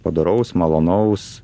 padoraus malonaus